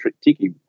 Tiki